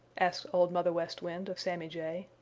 asked old mother west wind of sammy jay.